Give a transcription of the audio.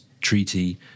Treaty